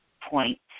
point